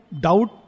doubt